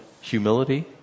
Humility